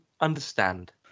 understand